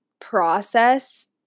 process